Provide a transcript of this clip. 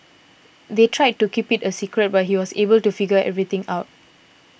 they tried to keep it a secret but he was able to figure everything out